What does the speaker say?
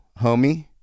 Homie